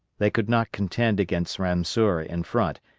they could not contend against ramseur in front,